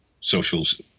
socials